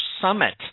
Summit